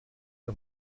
der